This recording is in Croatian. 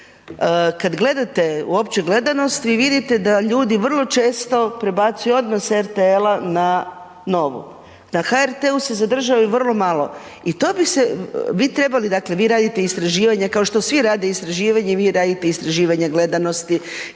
Kada gledate uopće gledanost vi vidite da ljudi vrlo često prebacuju odmah sa RTL-a na Novu, na HRT-u se zadrži vrlo malo i to bi se, dakle vi radite istraživanja kao što svi rade istraživanja i vi radite istraživanja gledanosti,